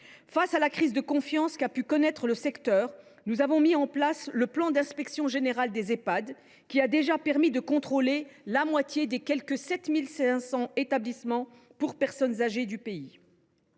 Face à la crise de confiance qu’a pu connaître le secteur, nous avons mis en place le plan d’inspection générale des Ehpad, qui a déjà permis de contrôler la moitié des quelque 7 500 établissements pour personnes âgées du pays.